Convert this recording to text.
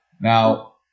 Now